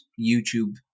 YouTube